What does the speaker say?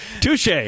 Touche